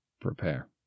Prepare